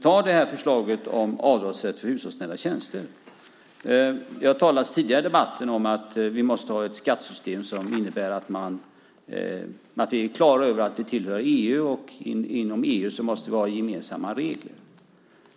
Ta det här förslaget om avdragsrätt för hushållsnära tjänster! Det har talats tidigare i debatten om att vi måste ha ett skattesystem som innebär att vi är klara över att vi tillhör EU, och inom EU måste vi ha gemensamma regler.